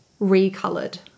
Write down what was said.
recolored